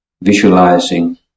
visualizing